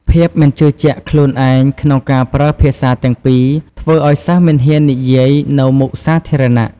ភាពមិនជឿជាក់ខ្លួនឯងក្នុងការប្រើភាសាទាំងពីរធ្វើឲ្យសិស្សមិនហ៊ាននិយាយនៅមុខសាធារណៈ។